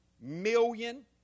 million